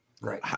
Right